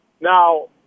Now